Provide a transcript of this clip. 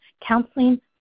counseling